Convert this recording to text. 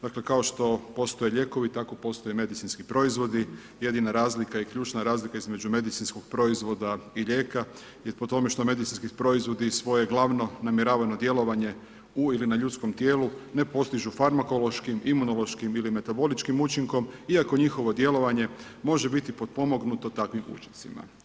Dakle, kao što postoje lijekovi, tako postoje i medicinski proizvodi, jedina razlika i ključna razlika između medicinskog proizvoda i lijeka je po tome što medicinski proizvodi svoje glavno namjeravano djelovanje u ili na ljudskom tijelu ne postižu farmakološkim, imunološkim ili metaboličkim učinkom iako njihovo djelovanje može biti potpomognuto takvim učincima.